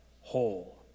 whole